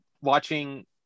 watching